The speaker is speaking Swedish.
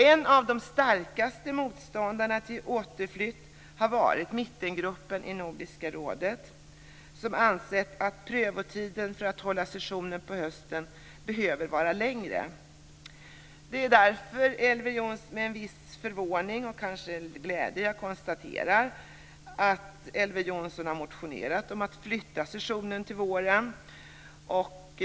En av de starkaste motståndarna till en återflytt har varit mittengruppen i Nordiska rådet, som ansett att prövotiden för att hålla session på hösten behöver vara längre. Det är därför med viss förvåning och kanske glädje jag konstaterar att Elver Jonsson har motionerat om att flytta sessionen till våren.